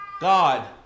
God